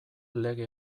lege